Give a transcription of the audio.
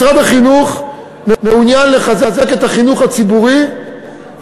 משרד החינוך מעוניין לחזק את החינוך הציבורי,